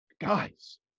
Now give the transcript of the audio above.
guys